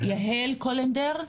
יהל קורלנדר,